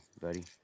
buddy